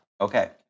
Okay